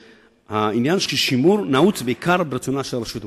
העניין של שימור נעוץ בעיקר ברצונה של הרשות המקומית.